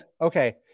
okay